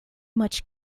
much